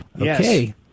Okay